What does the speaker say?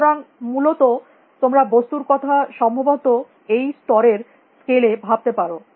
সুতরাং মূলত তোমরা বস্তুর কথা সম্ভবতঃ এই স্তরের স্কেল এ ভাবতে পারো